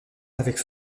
avec